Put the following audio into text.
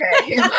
Okay